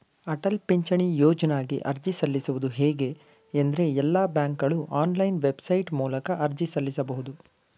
ಅಟಲ ಪಿಂಚಣಿ ಯೋಜ್ನಗೆ ಅರ್ಜಿ ಸಲ್ಲಿಸುವುದು ಹೇಗೆ ಎಂದ್ರೇ ಎಲ್ಲಾ ಬ್ಯಾಂಕ್ಗಳು ಆನ್ಲೈನ್ ವೆಬ್ಸೈಟ್ ಮೂಲಕ ಅರ್ಜಿ ಸಲ್ಲಿಸಬಹುದು